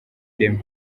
ireme